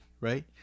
right